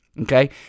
okay